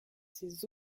ses